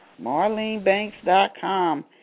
MarleneBanks.com